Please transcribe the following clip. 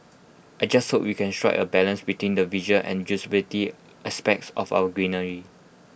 I just hope we can strike A balance between the visual and usability aspects of our greenery